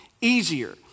easier